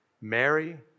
Mary